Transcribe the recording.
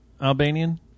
Albanian